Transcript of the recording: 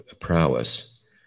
prowess